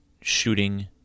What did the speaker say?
shooting